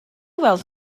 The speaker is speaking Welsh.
weld